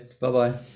Bye-bye